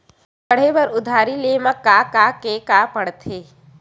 पढ़े बर उधारी ले मा का का के का पढ़ते?